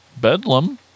Bedlam